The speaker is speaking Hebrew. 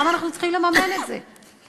למה אנחנו צריכים לממן את זה?